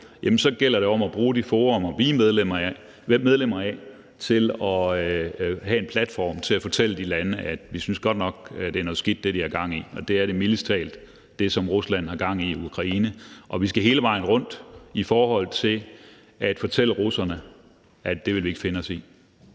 – gælder det om at bruge de forummer, vi er medlem af, til at have en platform til at fortælle de lande, at vi godt nok synes, at det, de har gang i, er noget skidt. Og det er det mildest talt, altså det, som Rusland har gang i i Ukraine. Og vi skal hele vejen rundt i forhold til at fortælle russerne, at det vil vi ikke finde os i.